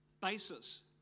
basis